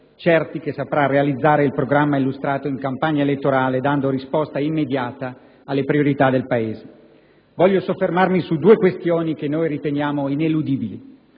certi che saprà realizzare il programma illustrato in campagna elettorale dando risposta immediata alle priorità del Paese. Voglio soffermarmi su due questioni che noi riteniamo ineludibili.